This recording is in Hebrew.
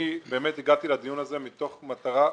אני הגעתי לדיון הזה מתוך מטרה חיובית.